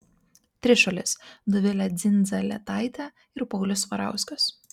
trišuolis dovilė dzindzaletaitė ir paulius svarauskas